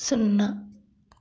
సున్నా